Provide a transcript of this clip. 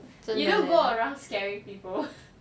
you don't go around scaring people